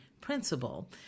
Principle